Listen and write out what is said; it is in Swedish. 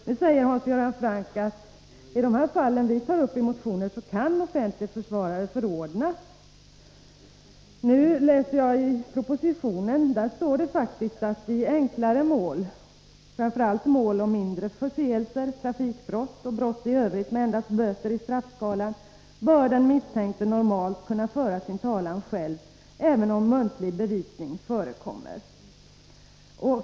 Nu säger Hans Göran Franck att offentlig försvarare kan förordnas i de fall som vi tar upp i motionen. Men i propositionen står det faktiskt att i enklare mål, framför allt mål om mindre förseelser, trafikbrott och brott i övrigt som endast ger böter i straffskalan, bör den misstänkte normalt kunna föra sin talan själv, även om muntlig bevisning förekommer.